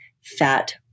fat